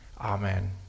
Amen